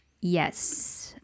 yes